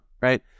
right